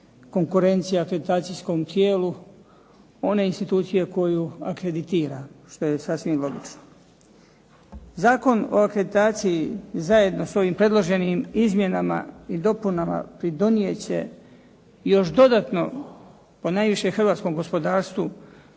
konkurencija akreditacijskom tijelu one institucije koju akreditira, što je sasvim logično. Zakon o akreditaciji zajedno s ovim predloženim izmjenama i dopunama pridonijet će još dodatno ponajviše hrvatskom gospodarstvu